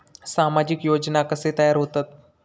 सामाजिक योजना कसे तयार होतत?